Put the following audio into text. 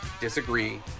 disagree